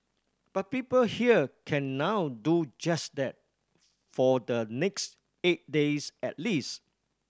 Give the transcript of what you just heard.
but people here can now do just that for the next eight days at least